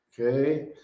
Okay